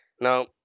now